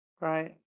Right